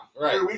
Right